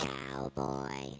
Cowboy